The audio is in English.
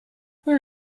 where